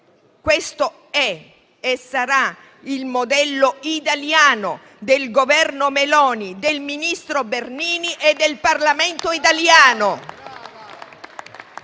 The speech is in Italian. questo è e sarà il modello italiano del Governo Meloni, del ministro Bernini e del Parlamento italiano.